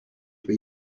for